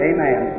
Amen